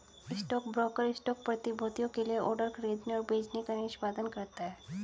stockbroker stock प्रतिभूतियों के लिए ऑर्डर खरीदने और बेचने का निष्पादन करता है